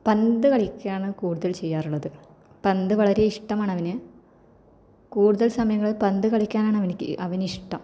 പന്തു കളിക്കുകയാണ് കൂടുതല് ചെയ്യാറുള്ളത് പന്ത് വളരെ ഇഷ്ടമാണവന് കൂടുതല് സമയങ്ങളും പന്തു കളിക്കാനാണ് അവനിക്ക് അവനിഷ്ടം